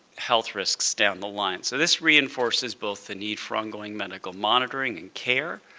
health risks down the line so this reinforces both the need for ongoing medical monitoring and care,